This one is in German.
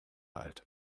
alt